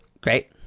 Great